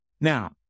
Now